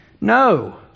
no